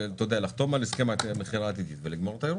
אתה יודע לחתום על הסכם מכירה עתידי ולגמור את האירוע.